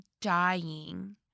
dying